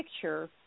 picture